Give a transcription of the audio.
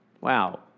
Wow